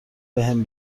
بهم